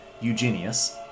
Eugenius